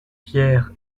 pierre